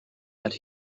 that